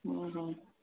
ହଁ ହଁ